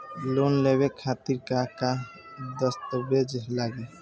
Loan लेवे खातिर का का दस्तावेज लागी?